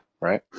right